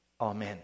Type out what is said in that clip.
Amen